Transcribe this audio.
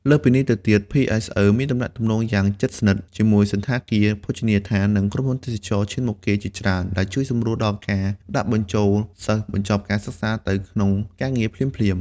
លើសពីនេះទៅទៀត ភីអេសអឺមានទំនាក់ទំនងយ៉ាងជិតស្និទ្ធជាមួយសណ្ឋាគារ ភោជនីយដ្ឋាន និងក្រុមហ៊ុនទេសចរណ៍ឈានមុខគេជាច្រើន ដែលជួយសម្រួលដល់ការដាក់បញ្ចូលសិស្សបញ្ចប់ការសិក្សាទៅក្នុងការងារភ្លាមៗ។